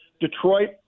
detroit